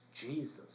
Jesus